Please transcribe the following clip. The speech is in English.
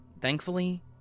Thankfully